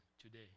today